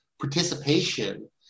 participation